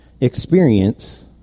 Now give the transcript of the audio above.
experience